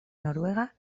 noruega